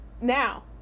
Now